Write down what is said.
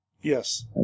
Yes